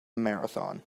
marathon